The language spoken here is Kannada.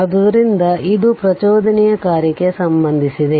ಆದ್ದರಿಂದ ಇದು ಪ್ರಚೋದನೆಯ ಕಾರ್ಯಕ್ಕೆ ಸಂಬಂಧಿಸಿದೆ